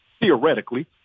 theoretically